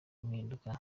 impinduka